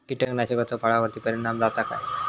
कीटकनाशकाचो फळावर्ती परिणाम जाता काय?